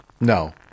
no